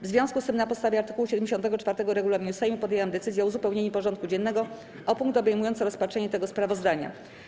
W związku z tym, na podstawie art. 74 regulaminu Sejmu, podjęłam decyzję o uzupełnieniu porządku dziennego o punkt obejmujący rozpatrzenie tego sprawozdania.